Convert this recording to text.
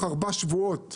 תוך ארבעה שבועות,